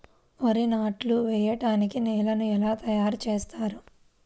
వరి నాట్లు వేయటానికి నేలను ఎలా తయారు చేస్తారు?